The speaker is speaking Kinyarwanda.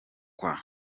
kuwa